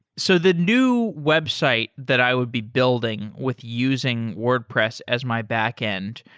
so the new website that i would be building with using wordpress as my backend,